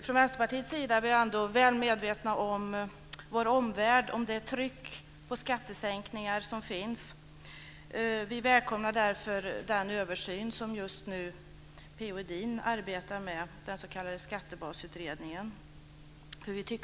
Vi i Vänsterpartiet är väl medvetna om det tryck på skattesänkningar som finns i vår omvärld. Vi välkomnar därför den översyn som P-O Edin just nu arbetar med, den s.k. Skattebasutredningen.